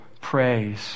praise